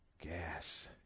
gas